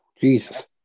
Jesus